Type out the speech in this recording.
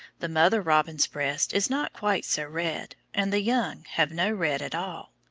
the mother robin's breast is not quite so red, and the young have no red at all.